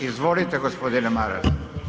Izvolite gospodine Maras.